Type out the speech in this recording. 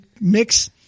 mix